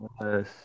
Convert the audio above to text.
Yes